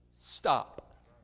stop